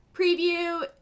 Preview